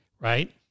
Right